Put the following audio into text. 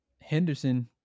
Henderson